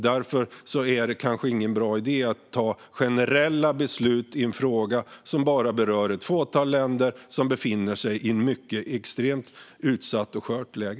Därför är det kanske inte någon bra idé att ta generella beslut i en fråga som bara berör ett fåtal länder som befinner sig i ett extremt utsatt och skört läge.